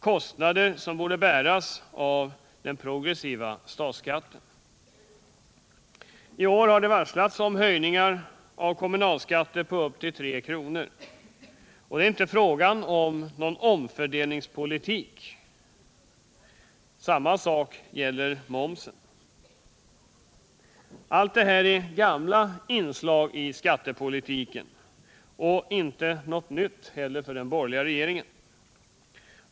Kostnaderna för denna borde bäras av den progressiva statsskatten. I år har det varslats om höjningar av kommunalskatter på upp till tre kronor, och det är i det sammanhanget inte fråga om någon omfördelningspolitik. På samma sätt förhåller det sig med momsen. Allt detta är välkända inslag i skattepolitiken. De är inte heller nya för den borgerliga regeringen.